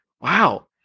wow